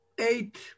eight